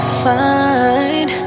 find